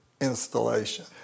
installation